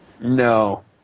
No